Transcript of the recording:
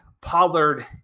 Pollard